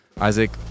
Isaac